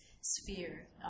sphere